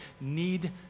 need